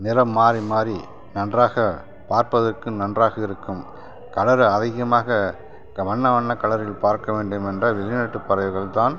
நிறம் மாறி மாறி நன்றாக பார்ப்பதற்கும் நன்றாக இருக்கும் கலர் அதிகமாக க வண்ண வண்ண கலரில் பார்க்க வேண்டுமென்றால் வெளிநாட்டுப் பறவைகள் தான்